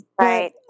Right